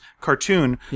cartoon